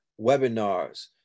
webinars